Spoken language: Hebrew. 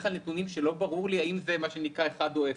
על נתונים שלא ברור לי האם זה אחד או אפס.